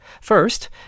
First